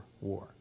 war